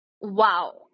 wow